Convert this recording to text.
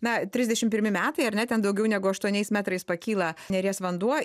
na trisdešim pirmi metai ar ne ten daugiau negu aštuoniais metrais pakyla neries vanduo